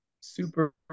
super